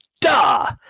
duh